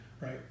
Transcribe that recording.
Right